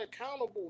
accountable